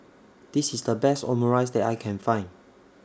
This IS The Best Omurice that I Can Find